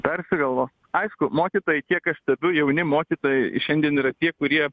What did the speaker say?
persigalvos aišku mokytojai kiek aš stebiu jauni mokytojai šiandien yra tie kurie